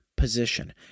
Position